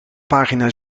pagina